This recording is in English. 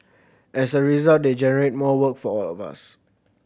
as a result they generate more work for all of us